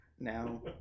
Now